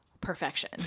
perfection